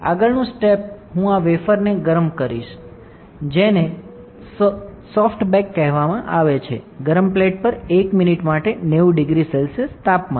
આગળનું સ્ટેપ હું આ વેફરને ગરમ કરીશ જેને સોફ્ટ બેક કહેવામાં આવે છે ગરમ પ્લેટ પર 1 મિનિટ માટે 900 C તાપમાને